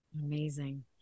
Amazing